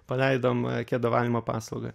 paleidom kedų valymo paslaugą